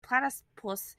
platypus